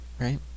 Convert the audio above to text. right